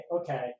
okay